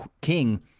king